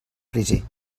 crisi